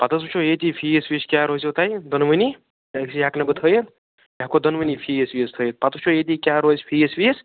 پتہٕ حظ وُچھو ییٚتی فیٖس ویٖس کیٛاہ روزٮ۪و تۄہہِ دۄنوٲنی أکسٕے ہٮ۪کہٕ بہٕ تھٲوِتھ یہِ ہٮ۪کو دۄنوٲنی فیٖس ویٖس تھٲوِتھ پتہٕ وُچھو ییٚتی کیٛاہ روزِ فیٖس ویٖس